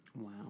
Wow